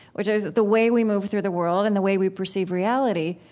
which is the way we move through the world and the way we perceive reality,